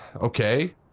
Okay